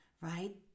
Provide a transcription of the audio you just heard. right